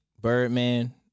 Birdman